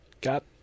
got